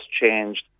changed